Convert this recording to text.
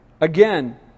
Again